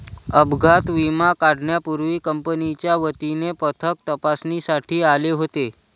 अपघात विमा काढण्यापूर्वी कंपनीच्या वतीने पथक तपासणीसाठी आले होते